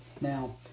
Now